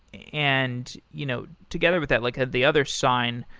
and you know together with that, like ah the other sign,